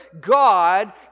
God